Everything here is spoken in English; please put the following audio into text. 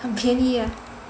很便宜 ah